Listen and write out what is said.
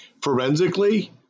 Forensically